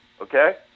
Okay